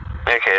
Okay